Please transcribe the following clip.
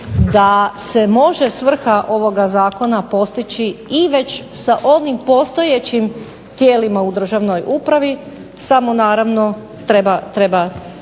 da se može svrha ovoga zakona postići i već sa onim postojećim tijelima u državnoj upravi samo naravno treba raditi.